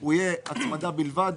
הוא יהיה הצמדה בלבד.